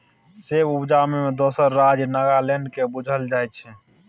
सेब उपजाबै मे दोसर राज्य नागालैंड केँ बुझल जाइ छै